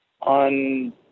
on